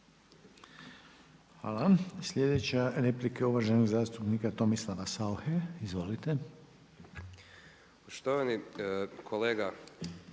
Hvala. Sljedeća replika je uvaženog zastupnika Nenada Stazića. Izvolite. **Stazić, Nenad